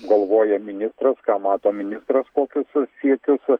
galvoja ministras ką mato ministras kokius siekius